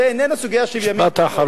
זו איננה סוגיה של ימין או שמאל, משפט אחרון.